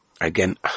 Again